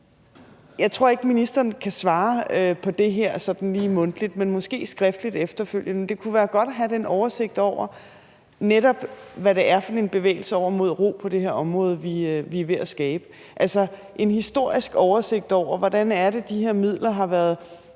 Jeg tror ikke, ministeren kan svare på det her mundtligt, men måske kan hun gøre det skriftligt efterfølgende. Men det kunne være godt at have den oversigt over, hvad det netop er for en bevægelse over mod ro på det her område, vi er ved at skabe – altså en historisk oversigt over, hvordan det er, de her midler har været